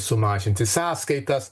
sumažinti sąskaitas